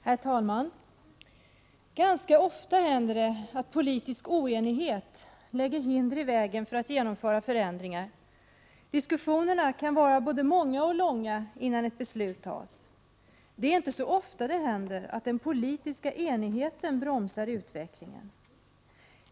Herr talman! Ganska ofta händer det att politisk oenighet lägger hinder i vägen för att genomföra förändringar. Diskussionerna kan vara både många och långa innan ett beslut kan fattas. Det är inte så ofta det händer att den politiska enigheten bromsar utvecklingen.